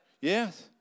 Yes